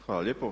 Hvala lijepo.